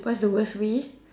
what's the worst way